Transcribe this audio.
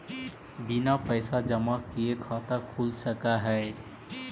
बिना पैसा जमा किए खाता खुल सक है?